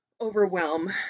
overwhelm